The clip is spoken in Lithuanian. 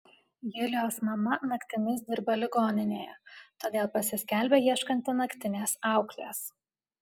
julijos mama naktimis dirba ligoninėje todėl pasiskelbia ieškanti naktinės auklės